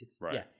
Right